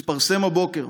התפרסם הבוקר